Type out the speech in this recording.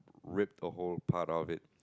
ripped the whole part of it